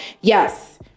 Yes